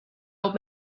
old